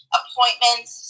appointments